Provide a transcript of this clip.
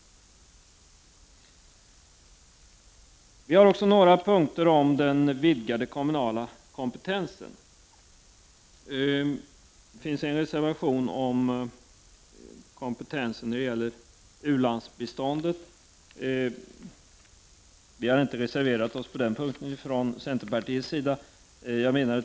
Vi har också synpunkter på vidgad kommunal kompetens. Det finns en reservation om kompetensen när det gäller u-landsbiståndet. Vi har inte reserverat oss på denna punkt från centerns sida.